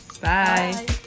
Bye